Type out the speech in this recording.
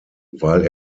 weil